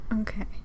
Okay